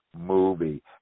movie